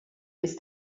ist